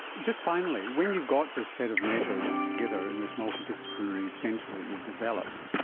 just finally, when you've got this set of measures together in this multidisciplinary centre that you've developed,